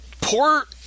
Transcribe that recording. poor